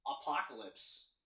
Apocalypse